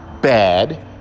bad